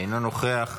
אינו נוכח,